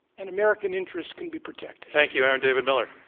and american interests can be protected. thank you, aaron david miller.